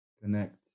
connect